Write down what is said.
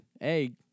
Hey